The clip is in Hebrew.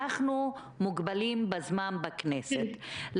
אנחנו מוגבלים בזמן בכנסת.